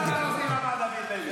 אתה ביזית אותי כששאלת אותי למה דוד לוי.